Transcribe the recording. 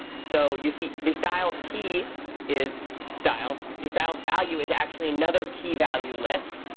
so you see, the style key is style. the style value is actually another key value list.